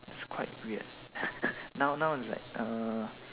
is quite weird noun noun is like err